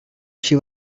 she